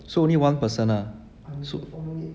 so only one person ah so